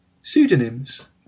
pseudonyms